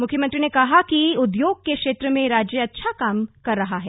मुख्यमंत्री ने कहा कि उद्योग के क्षेत्र में राज्य अच्छा काम कर रहा है